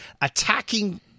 attacking